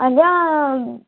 ଆଜ୍ଞା